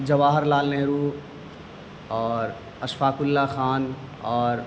جواہر لال نہرو اور اشفاق اللہ خان اور